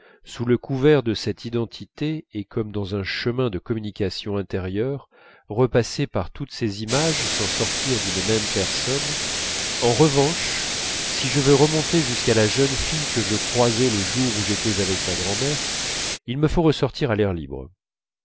sous le couvert de cette identité et comme dans un chemin de communication intérieure repasser par toutes ces images sans sortir d'une même personne en revanche si je veux remonter jusqu'à la jeune fille que je croisai le jour où j'étais avec ma grand'mère il me faut ressortir à l'air libre